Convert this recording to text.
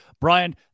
Brian